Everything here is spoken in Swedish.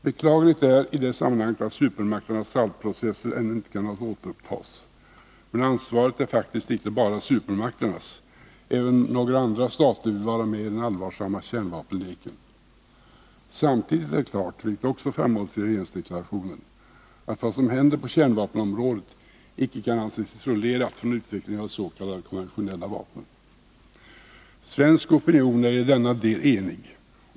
Beklagligt är i det sammanhanget att supermakternas SALT-process ännu icke kunnat återupptas. Men ansvaret är faktiskt icke bara supermakternas; även några andra stater vill vara med i den allvarsamma kärnvapenleken. Samtidigt är det klart, vilket också framhålles i regeringsdeklarationen, att vad som händer på kärnvapenområdet icke kan anses isolerat från utvecklingen av de s.k. konventionella vapnen. Svensk opinion är i denna del enig.